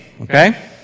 okay